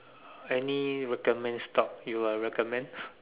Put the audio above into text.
any recommend stock you will recommend